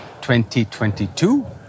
2022